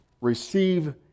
receive